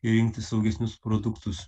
ir rinktis saugesnius produktus